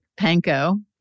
panko